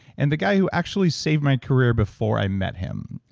and the guy who actually saved my career before i met him.